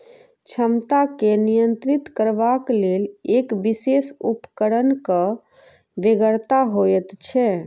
क्षमता के नियंत्रित करबाक लेल एक विशेष उपकरणक बेगरता होइत छै